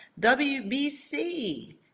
WBC